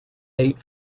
eight